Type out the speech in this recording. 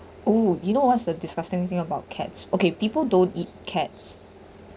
oh you know what's the disgusting thing about cats okay people don't eat cats